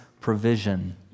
provision